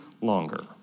longer